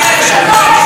עומד ומסית נגד,